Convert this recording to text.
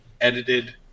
edited